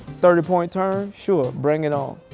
thirty point turn? sure, bring it on. oh,